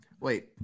Wait